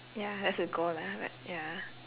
ya that's the goal lah but ya